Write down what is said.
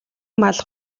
мал